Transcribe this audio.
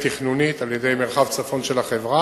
תומחר ותוקצב על-ידי משרד התחבורה,